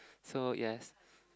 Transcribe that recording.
so yes